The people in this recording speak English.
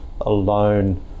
alone